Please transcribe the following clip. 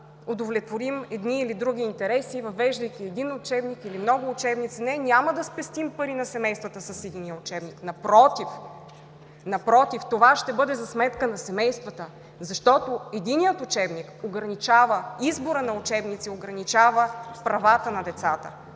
удовлетворим едни или други интереси, въвеждайки един учебник или много учебници. Не, няма да спестим пари на семействата с единия учебник. Напротив, това ще бъде за сметка на семействата, защото единият учебник ограничава избора на учебници, ограничава правата на децата.